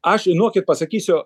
aš žinokit pasakysiu